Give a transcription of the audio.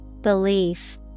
Belief